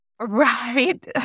Right